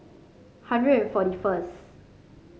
hundred and forty first